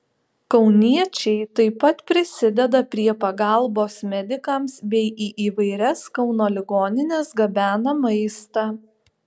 kauniečiai taip pat prisideda prie pagalbos medikams bei į įvairias kauno ligonines gabena maistą